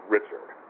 Richard